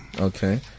Okay